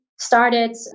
Started